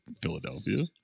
Philadelphia